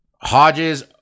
Hodges